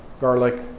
garlic